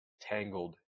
tangled